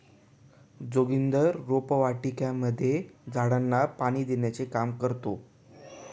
जोगिंदर रोपवाटिकेमध्ये झाडांना पाणी देण्याचे काम करतो